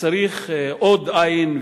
וצריך עוד עין,